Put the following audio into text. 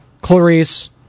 Clarice